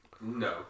No